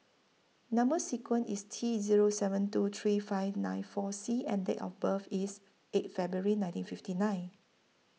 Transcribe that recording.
Number sequence IS T Zero seven two three five nine four C and Date of birth IS eight February nineteen fifty nine